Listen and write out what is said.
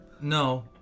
No